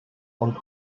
und